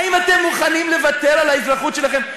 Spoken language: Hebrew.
האם אתם מוכנים לוותר על האזרחות שלכם?